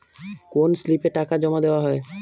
কোন স্লিপে টাকা জমাদেওয়া হয়?